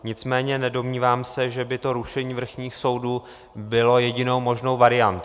Nicméně se nedomnívám, že by to rušení vrchních soudů bylo jedinou možnou variantou.